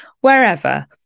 wherever